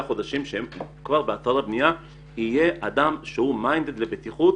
חודשים שכבר יהיה באתרי הבנייה אדם מומחה לבטיחות,